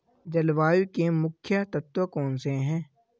जलवायु के मुख्य तत्व कौनसे हैं?